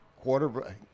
quarter